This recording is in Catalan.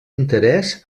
interès